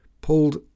pulled